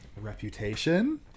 Reputation